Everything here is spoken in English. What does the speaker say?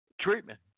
treatment